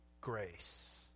grace